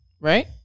Right